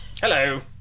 Hello